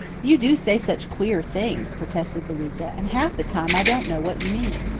you do say such queer things, protested louisa, and half the time i don't know what you mean.